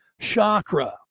chakra